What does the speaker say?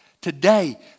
today